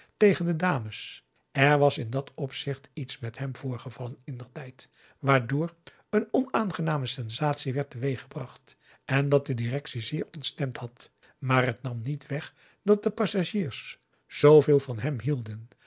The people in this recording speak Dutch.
tegen de dames er was in dat opzicht iets met hem voorgevallen indertijd waardoor een onaangename sensatie werd teweeggebracht en dat de directie zeer ontstemd had maar het nam niet weg dat de passagiers zveel van hem hielden